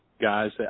guys